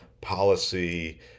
policy